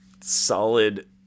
solid